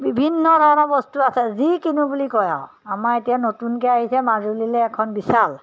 বিভিন্ন ধৰণৰ বস্তু আছে যি কিনো বুলি কয় আৰু আমাৰ এতিয়া নতুনকৈ আহিছে মাজুলীলৈ এখন বিশাল